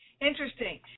interesting